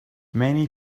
many